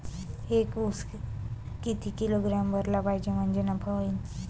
एक उस किती किलोग्रॅम भरला पाहिजे म्हणजे नफा होईन?